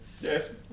Yes